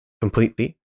completely